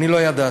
אני לא ידעתי,